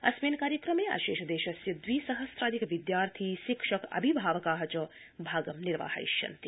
अस्मिन् कार्यक्रमे अशेष देशस्य द्वि सहस्राधिक विद्यार्थी शिक्षक अभिभावका च भागं निर्वाहयिष्यन्ति